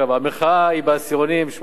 המחאה היא בעשירונים 8,